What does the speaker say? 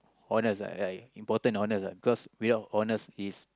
honest ah ya I important honest ah cause without honest is